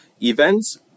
Events